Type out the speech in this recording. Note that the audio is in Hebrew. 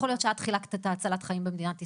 יכול להיות שאת חלקת את הצלת החיים במדינת ישראל,